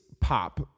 pop